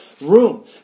room